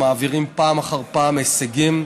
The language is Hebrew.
מעבירים פעם אחר פעם הישגים,